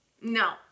no